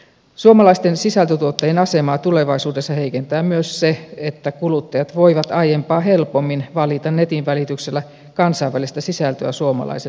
suomalaisten sisältötuottajien asemaa tulevaisuudessa heikentää myös se että kuluttajat voivat aiempaa helpommin valita netin välityksellä kansainvälistä sisältöä suomalaisen sijaan